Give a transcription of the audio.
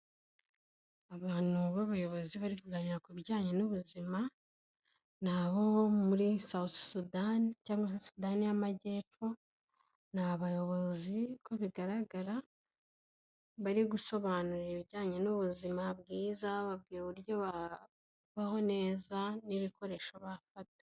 Abantu b'abayobozi bari kuganira ku bijyanye n'ubuzima ni abo muri South Sudan cyangwa se Sudani y'Amajyepfo, ni abayobozi uko bigaragara bari gusobanura ibijyanye n'ubuzima bwiza bababwira uburyo bababaho neza n'ibikoresho bafata.